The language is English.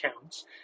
counts